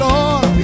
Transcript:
Lord